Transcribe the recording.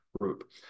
Group